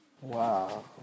Wow